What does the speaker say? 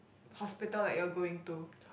hospital that you are going to